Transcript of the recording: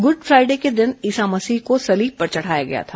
good Friday के दिन ईसा मसीह को सलीब पर चढाया गया था